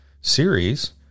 series